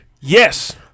Yes